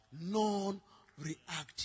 Non-reactive